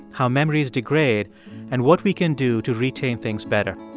how memories degrade and what we can do to retain things better.